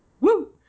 Woo